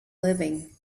living